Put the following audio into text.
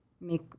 make